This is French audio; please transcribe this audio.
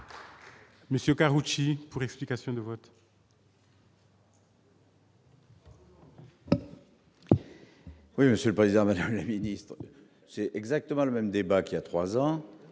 Monsieur Karoutchi pour explication de vote. Oui, monsieur le président, Mesdames, ministre, c'est exactement le même débat qu'il y a 3 ans,